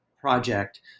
project